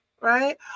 Right